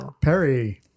Perry